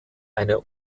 eine